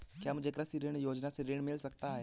क्या मुझे कृषि ऋण योजना से ऋण मिल सकता है?